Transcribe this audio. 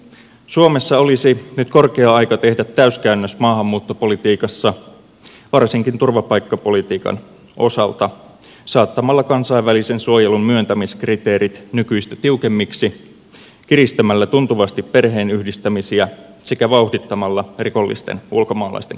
suomessa olisi nyt korkea aika tehdä täyskäännös maahanmuuttopolitiikassa varsinkin turvapaikkapolitiikan osalta saattamalla kansainvälisen suojelun myöntämiskriteerit nykyistä tiukemmiksi kiristämällä tuntuvasti perheenyhdistämisiä sekä vauhdittamalla rikollisten ulkomaalaisten karkotusta